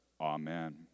Amen